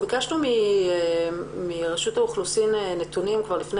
ביקשנו נתונים מרשות האוכלוסין לפני